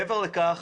מעבר לכך,